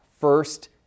First